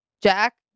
Jack